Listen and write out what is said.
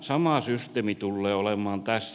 sama systeemi tulee olemaan tässä